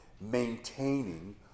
maintaining